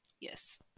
Yes